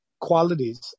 qualities